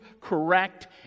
correct